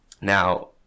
Now